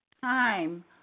time